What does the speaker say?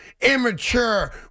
immature